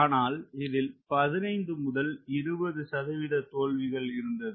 ஆனால் இதில் 15 முதல் 20 சதவீத தோல்விகள் இருந்தது